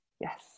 Yes